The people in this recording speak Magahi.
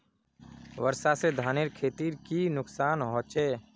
वर्षा से धानेर खेतीर की नुकसान होचे?